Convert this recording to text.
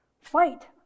fight